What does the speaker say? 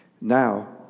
Now